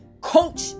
coach